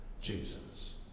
Jesus